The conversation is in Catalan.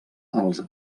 als